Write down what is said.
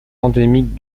endémiques